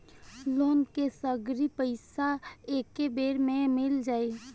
Loan के सगरी पइसा एके बेर में मिल जाई?